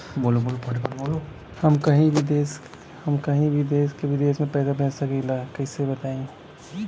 हम कहीं भी देश विदेश में पैसा भेज सकीला कईसे बताई?